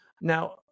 Now